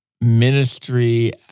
ministry